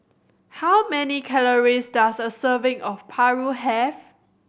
how many calories does a serving of Paru have